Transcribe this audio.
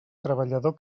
treballador